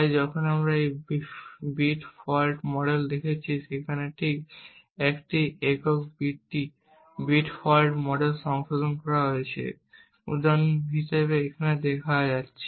তাই আমরা এখানে একটি বিট ফল্ট মডেল দেখেছি যেখানে ঠিক একটি একক বিটকে বিট ফল্ট মডেল সংশোধন করা হয়েছে উদাহরণ হিসাবে এখানে দেখা যাচ্ছে